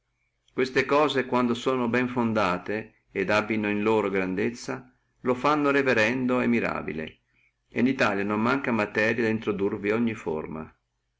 queste cose quando sono bene fondate e abbino in loro grandezza lo fanno reverendo e mirabile et in italia non manca materia da introdurvi ogni forma